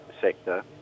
sector